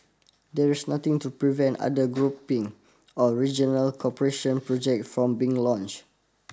there is nothing to prevent other grouping or regional cooperation projects from being launch